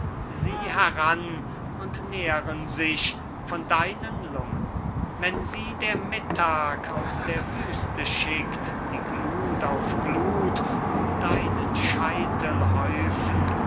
sie heran und nähren sich von deinen lungen wenn sie der mittag aus der wüste schickt die glut auf glut um deinen scheitel häufen